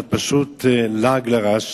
זה פשוט לעג לרש,